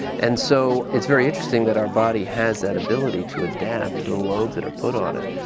and so, it's very interesting that our body has that ability to adapt to the loads that are put on it,